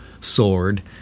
Sword